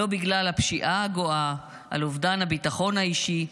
לא בגלל הפשיעה הגואה, אובדן הביטחון האישי,